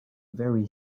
very